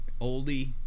oldie